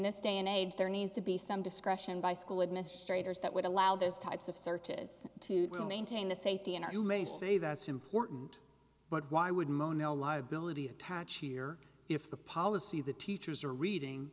this day and age there needs to be some discretion by school administrators that would allow those types of searches to maintain the safety and you may say that's important but why would mono liability attach here if the policy the teachers are reading